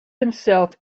himself